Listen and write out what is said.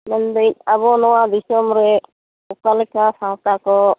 ᱞᱟᱹᱭᱫᱟᱹᱧ ᱟᱵᱚ ᱱᱚᱭᱟ ᱫᱤᱥᱚᱢᱨᱮ ᱚᱠᱟᱞᱮᱠᱟ ᱥᱟᱶᱛᱟ ᱠᱚ